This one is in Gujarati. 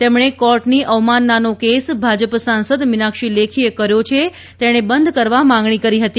તેમણે કોર્ટની અવમાનનો કેસ ભાજપ સાંસદ મીનાક્ષી લેખીએ કર્યો છે તેણે બંધ કરવા માંગણી કરી હતી